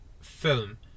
film